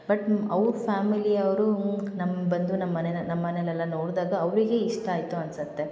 but ಅವ್ರ ಫ್ಯಾಮಿಲಿಯವ್ರೂ ನಮ್ಮ ಬಂದು ನಮ್ಮ ಮನೆನ ನಮ್ಮ ಮನೇಲಿ ಎಲ್ಲ ನೋಡಿದಾಗ ಅವರಿಗೇ ಇಷ್ಟ ಆಯಿತು ಅನಿಸುತ್ತೆ